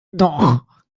noch